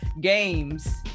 games